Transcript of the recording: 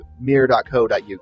Mirror.co.uk